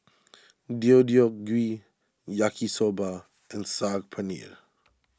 Deodeok Gui Yaki Soba and Saag Paneer